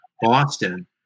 Boston